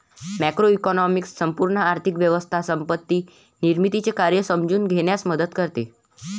macroeconomics संपूर्ण आर्थिक व्यवस्था संपत्ती निर्मितीचे कार्य समजून घेण्यास मदत करते